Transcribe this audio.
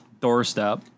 doorstep